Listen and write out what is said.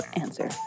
answer